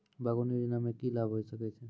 बागवानी योजना मे की लाभ होय सके छै?